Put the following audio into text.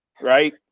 Right